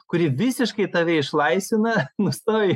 kuri visiškai tave išlaisvina nustoji